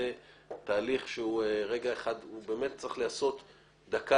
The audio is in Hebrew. זה תהליך שהוא באמת צריך להיעשות דקה